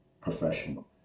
professional